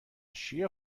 چیه